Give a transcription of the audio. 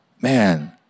man